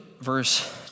verse